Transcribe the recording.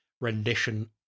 rendition